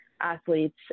athletes